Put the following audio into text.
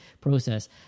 process